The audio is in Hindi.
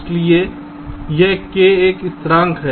इसलिए यह K एक स्थिरांक है